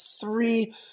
three